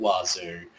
wazoo